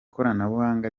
koranabuhanga